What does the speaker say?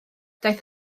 daeth